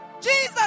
Jesus